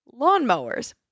lawnmowers